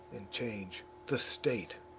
and change the state.